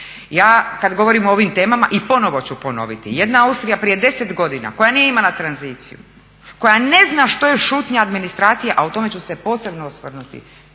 Ja kad govorim o ovim temama i ponovno ću ponoviti, jedna Austrija prije 10 godina koja nije imala tranziciju, koja ne zna što je šutnja administracije a o tome ću se posebno osvrnuti,